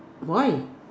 why